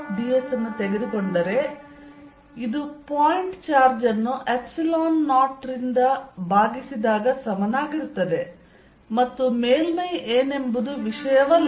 ds ಅನ್ನು ತೆಗೆದುಕೊಂಡರೆ ಇದು ಪಾಯಿಂಟ್ ಚಾರ್ಜ್ ಅನ್ನು ϵ0 ರಿಂದ ಭಾಗಿಸಿದಾಗ ಸಮನಾಗಿರುತ್ತದೆ ಮತ್ತು ಮೇಲ್ಮೈ ಏನೆಂಬುದು ವಿಷಯವಲ್ಲ